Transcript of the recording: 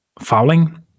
fouling